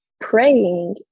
praying